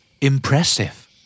Impressive